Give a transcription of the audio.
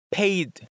paid